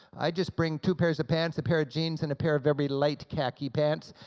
i just bring two pairs of pants, a pair of jeans and a pair of very light khaki pants.